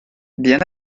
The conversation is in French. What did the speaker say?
bien